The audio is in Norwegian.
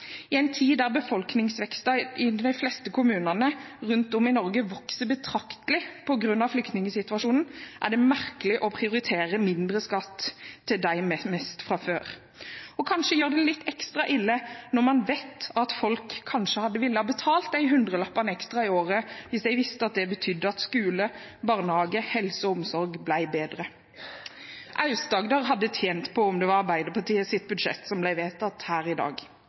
I en tid da befolkningsveksten i de fleste kommunene rundt om i Norge vokser betraktelig på grunn av flyktningsituasjonen, er det merkelig å prioritere mindre skatt til dem med mest fra før. Og det gjør det litt ekstra ille når man vet at folk kanskje ville betalt de hundrelappene ekstra i året hvis de visste at det betydde at skole, barnehage, helse og omsorg ble bedre. Aust-Agder hadde tjent på om det var Arbeiderpartiets budsjett som ble vedtatt her i dag.